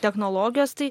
technologijos tai